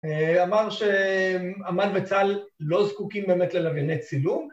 אמר שאמ"ן וצה"ל לא זקוקים באמת ללווייני צילום